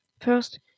First